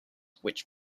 which